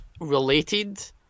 related